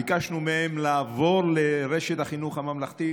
ביקשנו מהם לעבור לרשת החינוך הממלכתית,